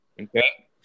Okay